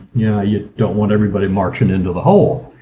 yeah you don't want everybody marching into the hole.